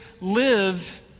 live